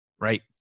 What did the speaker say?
Right